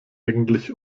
eigentlich